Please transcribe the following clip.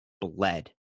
bled